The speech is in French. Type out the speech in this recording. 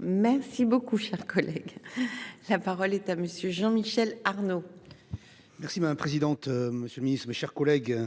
Merci beaucoup, cher collègue. La parole est à monsieur Jean Michel Arnaud. Merci madame présidente. Monsieur le Ministre, mes chers collègues.